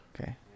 Okay